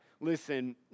listen